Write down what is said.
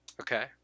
Okay